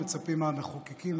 מצפים מהמחוקקים,